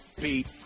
Beat